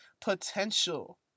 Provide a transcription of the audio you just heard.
potential